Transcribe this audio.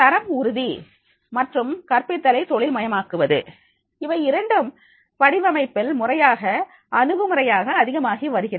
தரம் உறுதி மற்றும் கற்பித்தலை தொழில் மயமாக்குவது இவை இரண்டும் வடிவமைப்பில் முறையான அணுகுமுறையாக அதிகமாகி வருகிறது